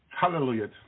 Hallelujah